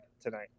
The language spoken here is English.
tonight